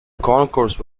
concourse